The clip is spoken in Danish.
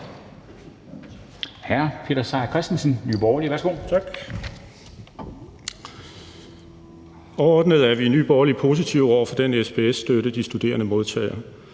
Peter Seier Christensen (NB): Tak. Overordnet er vi i Nye Borgerlige positive over for den SPS-støtte, de studerende modtager.